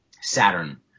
Saturn